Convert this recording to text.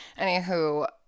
Anywho